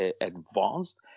advanced